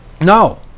No